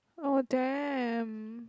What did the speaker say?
oh damn